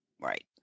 Right